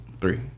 three